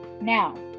now